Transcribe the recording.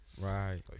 Right